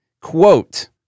quote